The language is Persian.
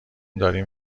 داریم